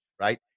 right